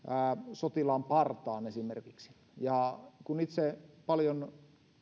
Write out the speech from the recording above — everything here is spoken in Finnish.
sotilaan partaan esimerkiksi kun itse paljon